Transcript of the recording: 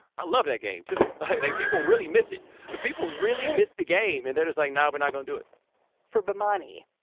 i loved that game too. i think people really miss it but people really miss the game and that is like now we're not going to do it for bomani.